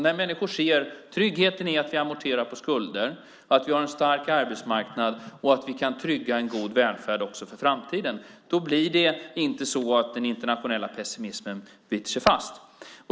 När människor ser tryggheten i att vi amorterar på skulder, att vi har en stark arbetsmarknad och att vi kan trygga en god välfärd också för framtiden blir det inte så att den internationella pessimismen biter sig fast.